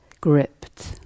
gripped